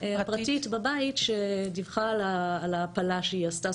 הפרטית בבית שדיווחה על ההפלה שהיא עשתה.